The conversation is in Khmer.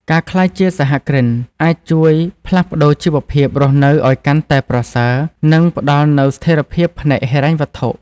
ការក្លាយជាសហគ្រិនអាចជួយផ្លាស់ប្តូរជីវភាពរស់នៅឱ្យកាន់តែប្រសើរ និងផ្តល់នូវស្ថិរភាពផ្នែកហិរញ្ញវត្ថុ។